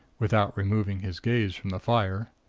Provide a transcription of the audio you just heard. without removing his gaze from the fire.